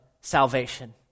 salvation